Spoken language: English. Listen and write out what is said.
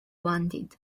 wanted